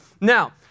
Now